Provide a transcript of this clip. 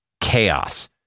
chaos